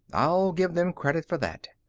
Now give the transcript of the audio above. i'll give them credit for that.